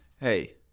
hey